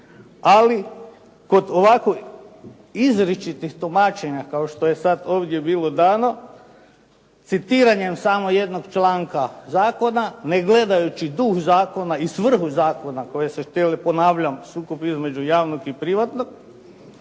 Ali kod ovakovih izričitih tumačenja kao što je sad ovdje bilo dano citiranjem samo jednog članka zakona ne gledajući duh zakona i svrhu zakona koju ste htjeli, ponavljam sukob između javnog i privatnog.